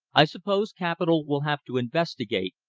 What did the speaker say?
i suppose capital will have to investigate,